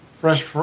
fresh